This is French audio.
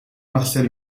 marcel